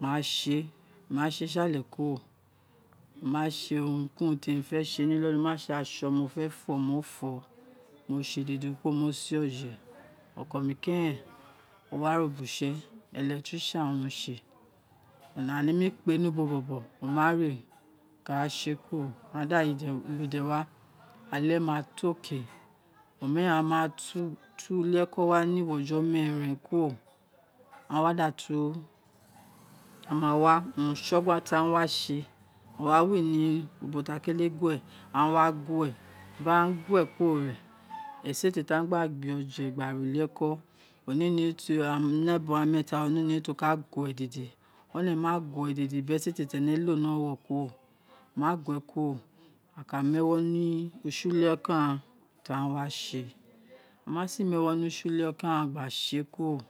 Mā ā ṣe ̄, ma ṣē si alẹ kuro ma sē urun ki urun te mi fẹsẹ ̄ ni inolo ma sē aso wo fẹ fo, ino fo, ino se dede kuro, mo se oje owa ene keren owa re ubuse, electrician owin o se ama ne mi kpe niubo bobo o mare, oka se kuro, di aghan gba lede wa ale mato oma ghan ina tu ulieko wa ni ugho meeren kuro ewadatu aghan ma wa, urun ọsọgha ti aroa ṣē aghan wa wo mi ubo ti akele gue awague bi ghan gue kuro ghe ti ghan gba gbe oje gba re uli-eko, one oniye ti o ka gue ni ebie ghan meeta dede o̱ nẹ ma gue dede bi esete ti ene lo mi owawo kuro amague kuro, aka mu ewo ni use uli-o ghan ti aghan wa se lamasi mu ewo ni use ulieko ghan gba se kuro